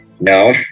No